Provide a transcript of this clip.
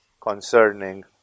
concerning